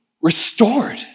restored